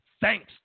thanks